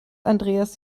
andreas